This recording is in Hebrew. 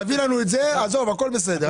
תביא לנו את זה, עזוב, הכול בסדר.